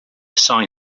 sign